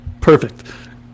perfect